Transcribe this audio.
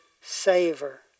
savor